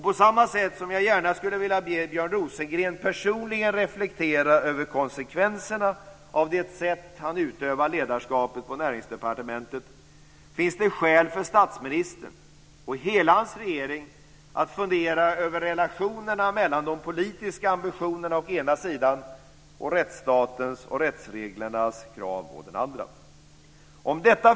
På samma sätt som jag gärna skulle vilja be Björn Rosengren att personligen reflektera över konsekvenserna av det sätt på vilket han utövar ledarskapet på Näringsdepartementet, finns det skäl för statsministern och hela hans regering att fundera över relationerna mellan de politiska ambitionerna å ena sidan och rättsstatens och rättsreglernas krav å den andra. Fru talman!